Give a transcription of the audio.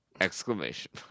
Exclamation